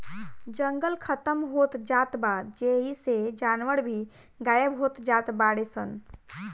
जंगल खतम होत जात बा जेइसे जानवर भी गायब होत जात बाडे सन